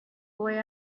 boy